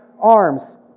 arms